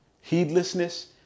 Heedlessness